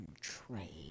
trade